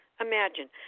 Imagine